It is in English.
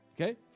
Okay